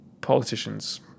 politicians